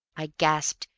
i gasped.